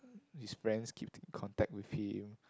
his friends keep in contact with him